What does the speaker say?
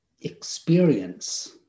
experience